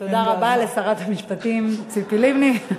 תודה רבה לשרת המשפטים ציפי לבני.